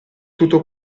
tutto